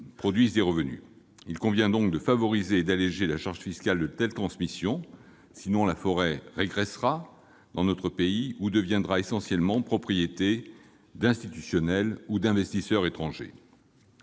donc exploitables. Il convient donc de favoriser et d'alléger la charge fiscale de telles transmissions, sinon la forêt régressera dans notre pays ou deviendra essentiellement la propriété d'institutionnels et d'investisseurs étrangers.